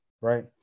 right